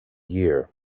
year